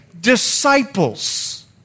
disciples